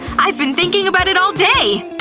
i've been thinking about it all day!